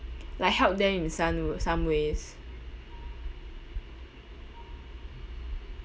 like help them in some some ways